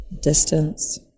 distance